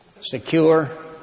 secure